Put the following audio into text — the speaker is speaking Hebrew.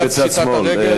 חברים בצד שמאל.